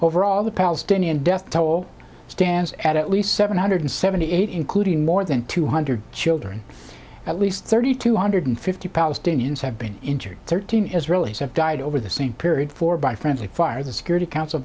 overall the palestinian death toll stands at least seven hundred seventy eight including more than two hundred children at least thirty two hundred fifty palestinians have been injured thirteen israelis have died over the same period for by friendly fire the security council